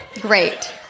great